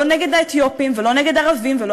לא נגד האתיופים ולא נגד הערבים ולא